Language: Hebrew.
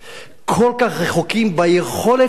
כל כך רחוקים ביכולת שלנו